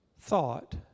thought